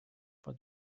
for